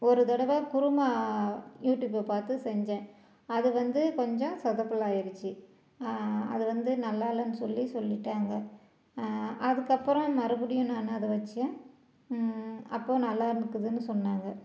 ஒரு தடவை குருமா யூடியூபை பார்த்து செஞ்சேன் அது வந்து கொஞ்சம் சொதப்பலாயிடிச்சி அதை வந்து நல்லால்லன்னு சொல்லி சொல்லிட்டாங்க அதுக்கப்புறம் மறுபடியும் நானு அதை வைச்சேன் அப்போது நல்லார்க்குதுன்னு சொன்னாங்க